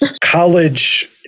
College